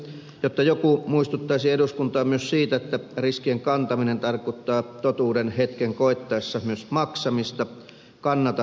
jotta joku muistuttaisi eduskuntaa myös siitä että riskien kantaminen tarkoittaa totuuden hetken koittaessa myös maksamista kannatan ed